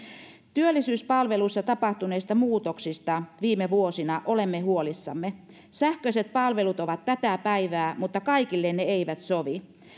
työllisyyspalveluissa tapahtuneista muutoksista viime vuosina olemme huolissamme sähköiset palvelut ovat tätä päivää mutta kaikille ne eivät sovi